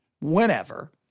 whenever